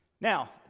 Now